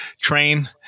train